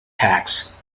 tax